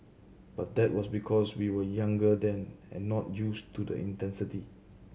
but that was because we were younger then and not used to the intensity